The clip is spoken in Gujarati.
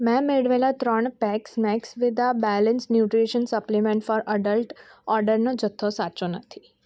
મેં મેળવેલા ત્રણ packs Maxvida balance nutrition supplement for adult ઓર્ડરનો જથ્થો સાચો નથી